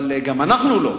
אבל גם אנחנו לא.